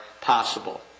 possible